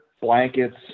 blankets